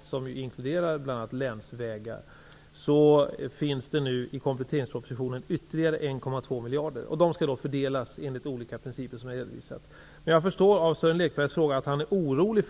som ju inkluderar bl.a. länsvägar, finns det nu i kompletteringspropositionen ytterligare 1,2 miljarder, vilka skall fördelas enligt olika principer som jag har redovisat. Jag förstår av Sören Lekbergs fråga att han är orolig.